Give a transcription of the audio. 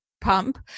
pump